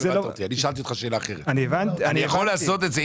אני יכול לעשות את זה,